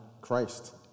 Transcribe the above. Christ